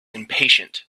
impatient